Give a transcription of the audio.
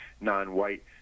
non-white